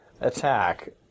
attack